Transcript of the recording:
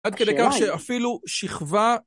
עד כדי כך שאפילו שכבה...